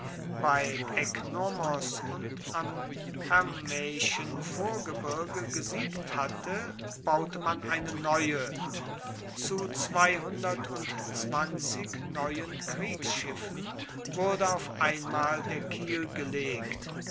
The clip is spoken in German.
bei eknomos und am hermaeischen vorgebirge gesiegt hatte baute man eine neue zu zweihundertundzwanzig neuen kriegsschiffen wurde auf einmal der kiel gelegt